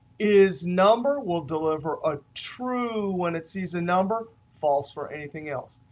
is number will deliver ah true when it sees a number, false for anything else.